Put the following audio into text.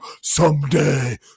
someday